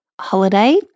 holiday